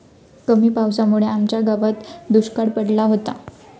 कमी पावसामुळे आमच्या गावात दुष्काळ पडला होता